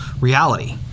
reality